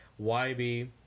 YB